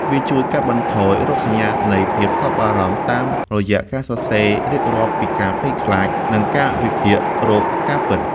វាជួយកាត់បន្ថយរោគសញ្ញានៃភាពថប់បារម្ភ តាមរយៈការសរសេររៀបរាប់ពីការភ័យខ្លាច និងការវិភាគរកការពិត។